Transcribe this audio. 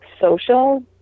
social